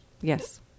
Yes